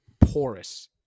porous